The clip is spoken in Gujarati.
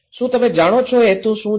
શું તમે જાણો છો એ હેતુ શું છે